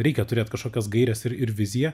reikia turėt kažkokias gaires ir ir viziją